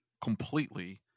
completely